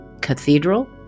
cathedral